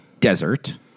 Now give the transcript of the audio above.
desert